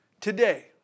today